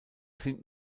sind